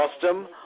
custom